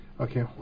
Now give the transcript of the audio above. okay